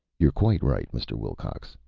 you're quite right, mr. wilcox,